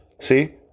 See